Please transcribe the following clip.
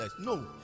no